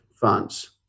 funds